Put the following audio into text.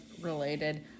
related